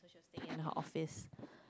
cannot office